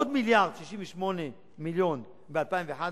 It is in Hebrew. עוד מיליארד ו-68 מיליון ב-2011,